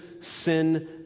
sin